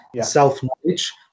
self-knowledge